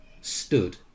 stood